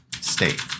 state